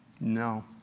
No